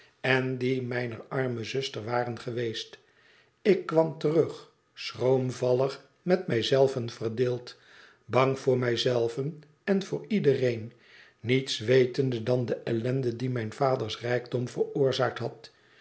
en die mijner arme zuster waren geweest ik kwam terug schroomvallig met mij zelven verdeeld bang voor mij zelven en voor iedereen niets wetende dan de ellende die mijn vaders rijkdom veroorzaakt had